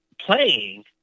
playing